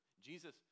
Jesus